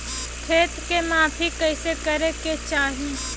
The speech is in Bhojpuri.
खेत के माफ़ी कईसे करें के चाही?